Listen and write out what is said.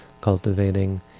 cultivating